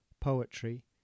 poetry